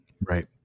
Right